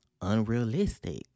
unrealistic